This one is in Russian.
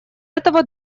этого